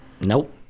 Nope